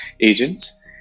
agents